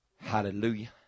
Hallelujah